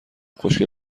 خوشگل